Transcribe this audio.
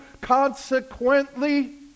Consequently